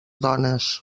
dones